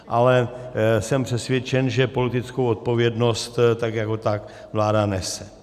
Ale jsem přesvědčen, že politickou odpovědnost tak jako tak vláda nese.